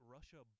Russia